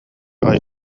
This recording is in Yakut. аҕай